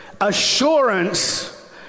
assurance